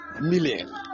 million